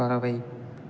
பறவை